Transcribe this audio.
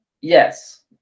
Yes